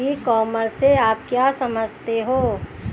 ई commerce से आप क्या समझते हो?